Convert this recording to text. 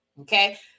Okay